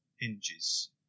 hinges